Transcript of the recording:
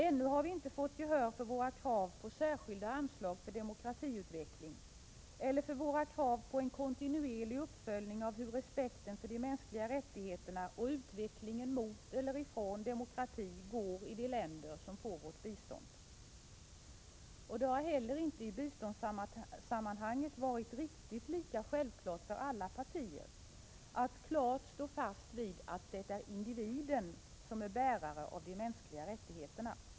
Ännu har vi inte fått gehör för våra krav på särskilda anslag för demokratiutveckling eller på en kontinuerlig uppföljning av hurdan respekten för de mänskliga rättigheterna är och hur utvecklingen mot eller ifrån demokrati går i de länder som får vårt bistånd. Det har inte heller i biståndssammanhang varit riktigt lika självklart för alla partier att klart stå fast vid att det är individen som är bärare av de mänskliga rättigheterna.